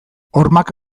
hormak